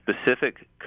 specific